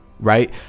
right